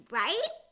right